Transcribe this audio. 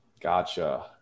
Gotcha